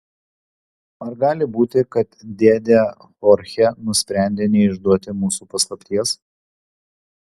ar gali būti kad dėdė chorchė nusprendė neišduoti mūsų paslapties